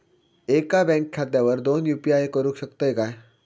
एका बँक खात्यावर दोन यू.पी.आय करुक शकतय काय?